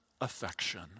affection